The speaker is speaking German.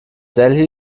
delhi